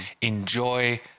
enjoy